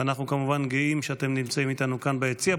ואנחנו כמובן גאים שאתם נמצאים איתנו כאן ביציע.